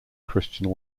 christian